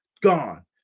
Gone